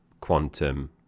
quantum